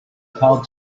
called